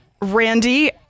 Randy